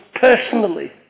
personally